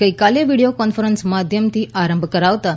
ગઈકાલે video conference માધ્યમથી આરંભ કરાવતાં